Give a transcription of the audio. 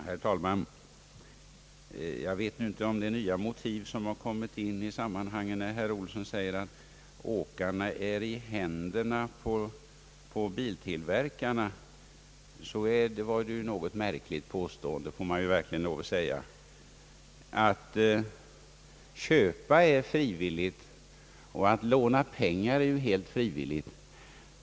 Herr talman! Jag vet inte om det är nya motiv som har kommit in i sammanhanget, när herr Olsson säger att åkarna är i händerna på biltillverkarna. Det var ett märkligt påstående, det får man verkligen lov att säga. Att köpa är helt frivilligt och att låna pengar är helt frivilligt.